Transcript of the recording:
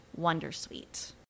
Wondersuite